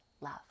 love